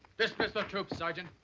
dismiss the troops, sergeant.